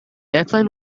airplane